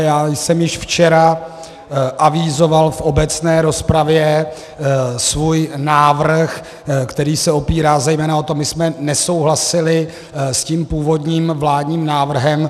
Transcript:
Já jsem již včera avizoval v obecné rozpravě svůj návrh, který se opírá zejména o to, že my jsme nesouhlasili s původním vládním návrhem.